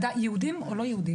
יהודים או לא יהודים,